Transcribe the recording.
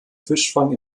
fischfang